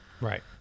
Right